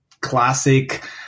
classic